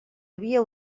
havia